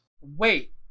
Wait